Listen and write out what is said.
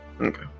okay